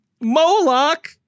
Moloch